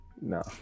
no